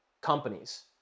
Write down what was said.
companies